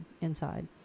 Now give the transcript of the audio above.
inside